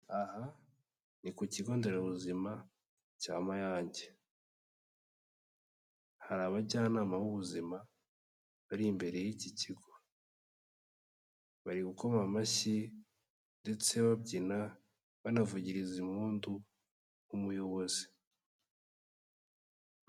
Aha ni ku kigo nderabuzima cya Mayange hari abajyanama b'ubuzima bari imbere y'iki kigo, bari gukoma amashyi ndetse babyina banavugiriza impundu umuyobozi.